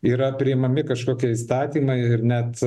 yra priimami kažkokie įstatymai ir net